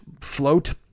Float